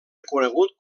reconegut